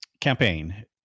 Campaign